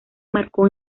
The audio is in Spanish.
marcó